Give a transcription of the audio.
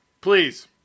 please